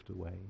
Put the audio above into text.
away